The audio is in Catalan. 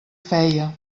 feia